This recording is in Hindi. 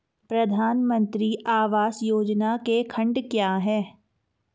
प्रधानमंत्री आवास योजना के खंड क्या हैं?